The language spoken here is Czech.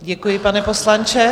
Děkuji, pane poslanče.